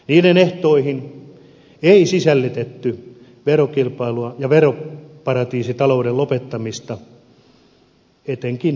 niiden ehtoihin ei sisällytetty verokilpailun ja veroparatiisitalouden lopettamista etenkään irlannin tukemisessa